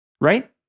right